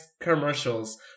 commercials